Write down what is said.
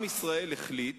עם ישראל החליט